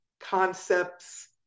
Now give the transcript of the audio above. concepts